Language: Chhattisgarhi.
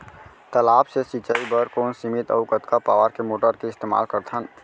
तालाब से सिंचाई बर कोन सीमित अऊ कतका पावर के मोटर के इस्तेमाल करथन?